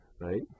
right